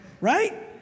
Right